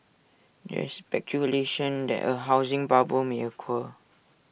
there is speculation that A housing bubble may occur